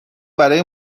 برای